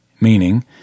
meaning